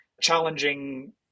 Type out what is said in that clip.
challenging